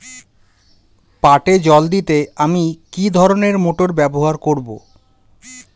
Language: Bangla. পাটে জল দিতে আমি কি ধরনের মোটর ব্যবহার করব?